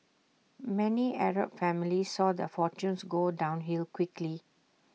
many Arab families saw their fortunes go downhill quickly